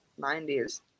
90s